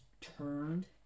turned